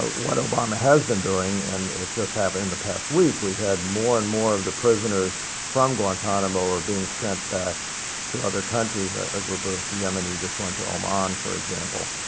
what obama has been doing and it just happened in the past week we had more and more of the prisoners from guantanamo are being sent back to other countries. a ah group of yemeni just went to oman, for example.